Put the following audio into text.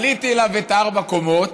עליתי אליו את ארבע הקומות